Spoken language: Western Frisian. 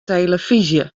telefyzje